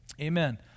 Amen